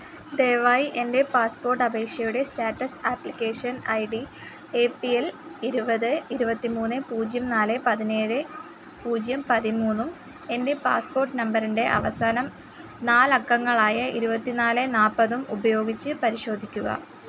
ദയവായി എൻ്റെ പാസ്പോർട്ട് അപേക്ഷയുടെ status application I D A P L ഇരുപത് ഇരുപത്തി മൂന്ന് പൂജ്യം നാല് പതിനേഴ് പൂജ്യം പതിമൂന്നും എൻ്റെ പാസ്പോർട്ട് നമ്പറിൻ്റെ അവസാനം നാലക്കങ്ങളായ ഇരുപത്തിനാല് നാല്പതും ഉപയോഗിച്ച് പരിശോധിക്കുക